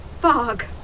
Fog